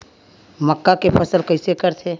मक्का के फसल कइसे करथे?